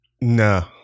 no